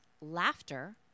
laughter